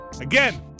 again